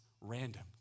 random